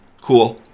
Cool